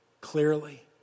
clearly